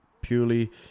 purely